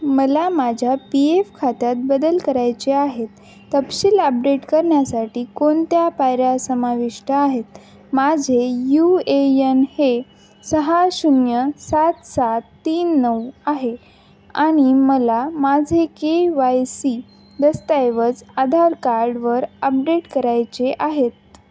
मला माझ्या P F खात्यात बदल करायचे आहेत तपशील अपडेट करण्यासाठी कोणत्या पायऱ्या समाविष्ट आहेत माझे यू ए यन हे सहा शून्य सात सात तीन नऊ आहे आणि मला माझे के वाय सी दस्तऐवज आधार कार्डवर अपडेट करायचे आहेत